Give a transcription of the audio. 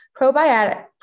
probiotic